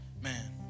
man